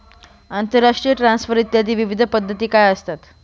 आंतरराष्ट्रीय ट्रान्सफर इत्यादी विविध पद्धती काय असतात?